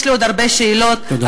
יש לי עוד הרבה שאלות, תודה.